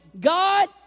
God